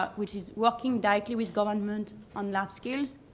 ah which is working directly with government on large scales.